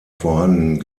vorhanden